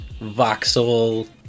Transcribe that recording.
voxel